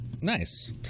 Nice